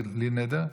בלי נדר,